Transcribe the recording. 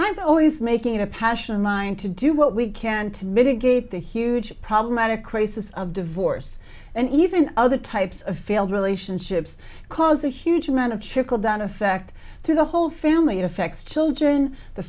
i'm always making it a passion of mine to do what we can to mitigate the huge problematic crisis of divorce and even other types of failed relationships cause a huge amount of trickle down effect through the whole family it affects children the